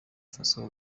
faso